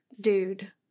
dude